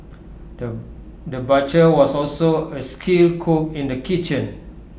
the butcher was also A skilled cook in the kitchen